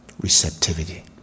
receptivity